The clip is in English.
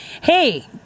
Hey